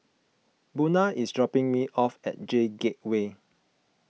Buna is dropping me off at J Gateway